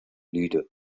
leader